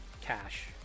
cash